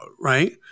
right